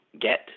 get